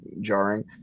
jarring